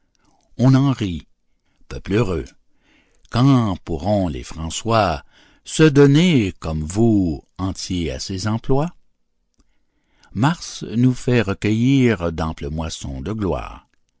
on en rit peuple heureux quand pourront les français se donner comme vous entiers à ces emplois mars nous fait recueillir d'amples moissons de gloire